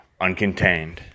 uncontained